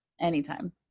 Anytime